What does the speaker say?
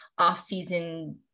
offseason